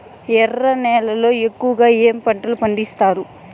ఎర్ర నేలల్లో ఎక్కువగా ఏ పంటలు పండిస్తారు